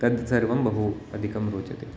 तत् सर्वं बहु अधिकं रोचते